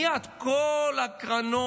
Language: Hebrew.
מייד כל הקרנות,